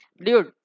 dude